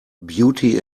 beauty